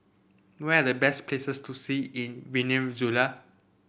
where are the best places to see in Venezuela